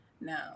no